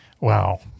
Wow